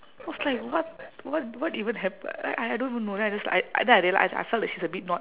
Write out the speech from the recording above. I was like what what what even hap~ like I don't even know then I just I then I reali~ I I felt that she's a bit not